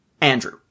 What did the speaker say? Andrew